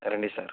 రండి సార్